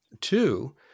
Two